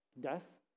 Death